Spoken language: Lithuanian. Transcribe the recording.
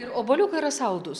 ir obuoliukai yra saldūs